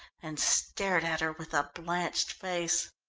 and stared at her with a blanched face.